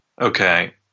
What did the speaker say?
Okay